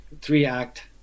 three-act